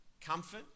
comfort